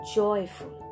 joyful